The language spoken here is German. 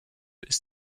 ist